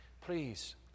Please